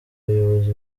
bayobozi